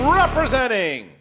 representing